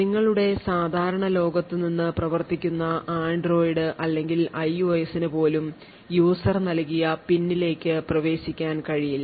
നിങ്ങളുടെ സാധാരണ ലോകത്ത് നിന്ന് പ്രവർത്തിക്കുന്ന Android അല്ലെങ്കിൽ IOS ന് പോലും യൂസർ നൽകിയ PIN ലേക്ക് പ്രവേശിക്കാൻ കഴിയില്ല